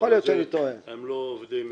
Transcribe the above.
הם לא עובדי מדינה,